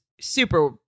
super